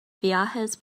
viajes